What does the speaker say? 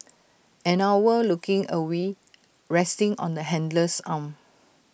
an owl looking awed resting on the handler's arm